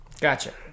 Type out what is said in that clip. gotcha